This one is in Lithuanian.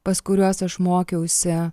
pas kuriuos aš mokiausi